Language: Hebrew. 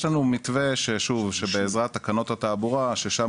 יש לנו מתווה של תקנות התעבורה ששם